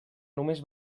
només